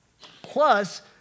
Plus